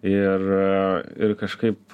ir ir kažkaip